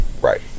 right